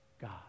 God